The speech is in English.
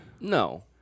No